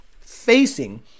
facing